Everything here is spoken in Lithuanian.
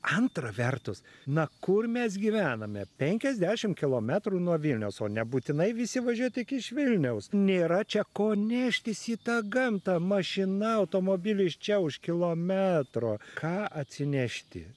antra vertus na kur mes gyvename penkiasdešimt kilometrų nuo vilniaus o nebūtinai visi važiuoja tik iš vilniaus nėra čia ko neštis į tą gamtą mašina automobilis čia už kilometro ką atsinešti